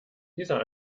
dieser